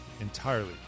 entirely